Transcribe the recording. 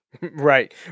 Right